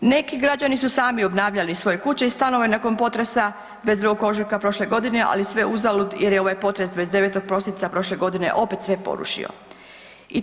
Neki građani su sami obnavljali svoje kuće i stanove nakon potresa 22. ožujka prošle godine ali sve uzalud jer je ovaj potres 29. prosinca prošle godine opet sve porušio.